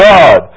God